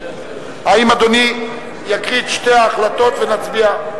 האם אדוני יקריא את שתי ההחלטות ונצביע?